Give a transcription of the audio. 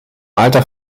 alter